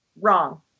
Wrong